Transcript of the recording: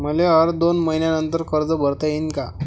मले हर दोन मयीन्यानंतर कर्ज भरता येईन का?